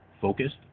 focused